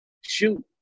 shoot